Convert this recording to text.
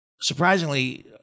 Surprisingly